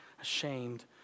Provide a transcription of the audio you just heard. ashamed